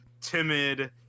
timid